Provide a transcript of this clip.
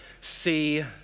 see